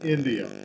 India